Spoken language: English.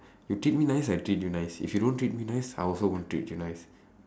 you treat me nice I treat you nice if you don't treat me nice I also won't treat you nice